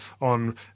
on